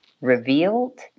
revealed